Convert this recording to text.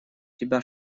тебя